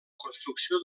construcció